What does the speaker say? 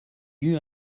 eut